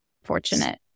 Fortunate